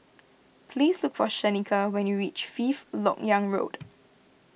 please look for Shaneka when you reach Fifth Lok Yang Road